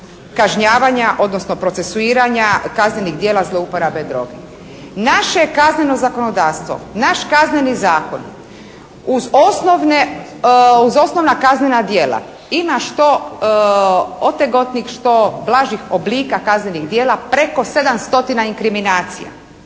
kažnjavanja, odnosno procesuiranja kaznenih djela zlouporabe droge. Naše zakonodavstvo, naš kazneni zakon uz osnovna kaznena djela ima što otegotnih što blažih oblika kaznenih djela preko 700 inkriminacija.